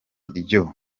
ryo